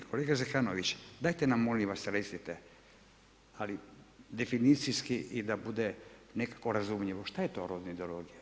Kolega Zekanović, dajte nam molim vas recite ali definicijski i da bude nekako razumljivo što je to rodna ideologija.